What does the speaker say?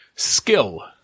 Skill